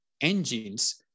engines